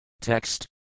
Text